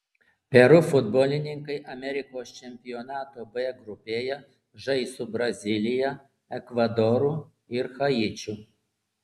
peru futbolininkai amerikos čempionato b grupėje žais su brazilija ekvadoru ir haičiu